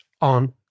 on